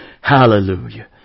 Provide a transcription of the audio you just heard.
Hallelujah